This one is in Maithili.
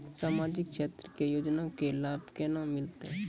समाजिक क्षेत्र के योजना के लाभ केना मिलतै?